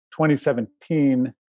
2017